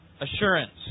assurance